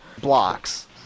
blocks